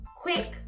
quick